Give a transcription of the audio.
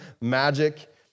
magic